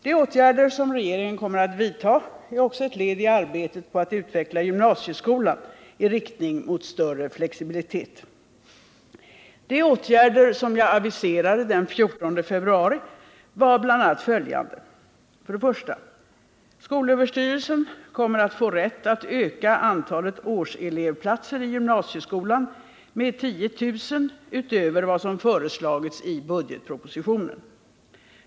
De åtgärder som regeringen kommer att vidta är också ett led i arbetet på att utveckla gymnasieskolan i riktning mot större flexibilitet. De åtgärder som jag aviserade den 14 februari var bl.a. följande: 1. Skolöverstyrelsen, SÖ, kommer att få rätt att öka antalet årselevplatser i gymnasieskolan med 10 000 utöver vad som föreslagits i budgetpropositionen.